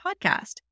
podcast